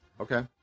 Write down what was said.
Okay